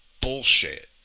bullshit